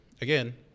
again